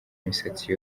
imisatsi